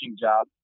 job